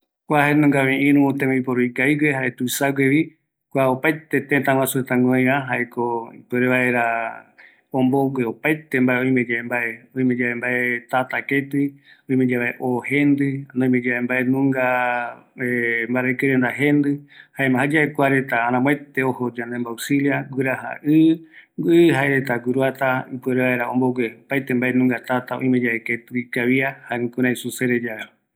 Kua bombero, tata imboguea reta, kua öime guinoï opaete mbaepuere, ombogue vaera tata, oime opaete tëtä guasu reta guinoi kuanunga